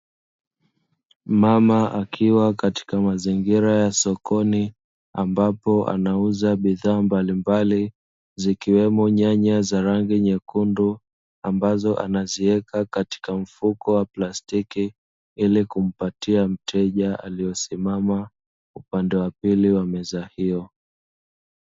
Mama akiwa katika mazingira ya sokoni ambapo anauza bidhaa mbalimbali zikiwemo nyanya za rangi nyekundu, ambazo anaziweka kwenye mfuko wa plastiki ili kumpatia mteja aliyesimama upande wa pili wa meza hiyo.